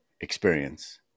experience